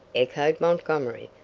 echoed montgomery.